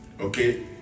Okay